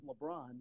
LeBron